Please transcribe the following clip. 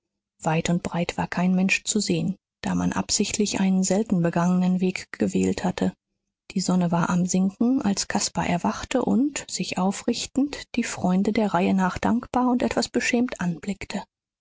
weit und breit war kein mensch zu sehen da man absichtlich einen selten begangenen weg gewählt hatte die sonne war am sinken als caspar erwachte und sich aufrichtend die freunde der reihe nach dankbar und etwas beschämt anblickte